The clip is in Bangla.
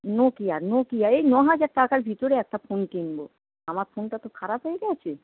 নোকিয়া নোকিয়ার এই ন হাজার টাকার ভিতরে একটা ফোন কিনবো আমার ফোনটা তো খারাপ হয়ে গেছে